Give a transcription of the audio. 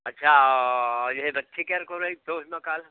अच्छा यहीं बच्चे का अगर कराएं तो उसमें क्या